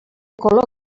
color